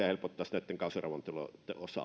helpottaisi näitten kausiravintoloitten osalta